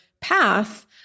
path